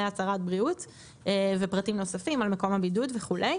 הצהרת בריאות ופרטים נוספים על מקום הבידוד וכדומה.